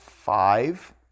Five